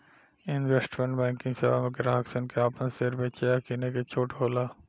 investment banking सेवा में ग्राहक सन के आपन शेयर बेचे आ किने के छूट होला